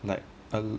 like a l~